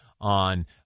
on